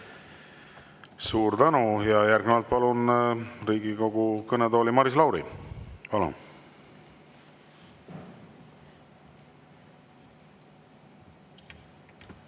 Suur tänu! Järgnevalt palun Riigikogu kõnetooli Maris Lauri.